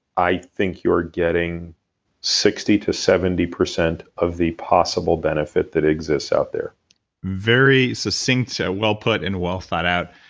i think you're getting sixty to seventy percent of the possible benefit that exists out there very succinct, so well put, and well thought out.